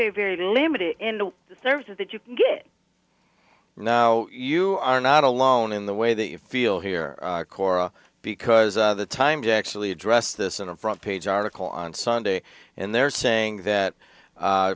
very limited in the services that you can get now you are not alone in the way that you feel here cora because the time to actually address this in a front page article on sunday and they're saying that